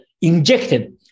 injected